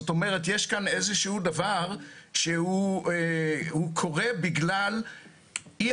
יש כאן איזה שהוא דבר שקורה בגלל אי